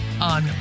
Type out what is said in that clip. On